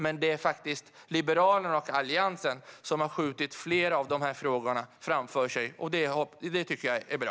Men det är Liberalerna och Alliansen som har skjutit flera av frågorna framför sig, och det tycker jag är bra.